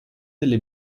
delle